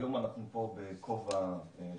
היום אנחנו פה בכובע שונה,